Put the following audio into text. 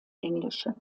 englische